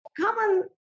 common